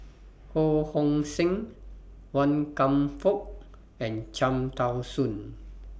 Ho Hong Sing Wan Kam Fook and Cham Tao Soon